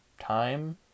time